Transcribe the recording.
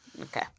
Okay